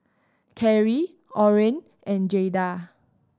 Karri Oren and Jayda